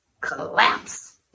collapse